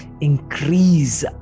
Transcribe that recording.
increase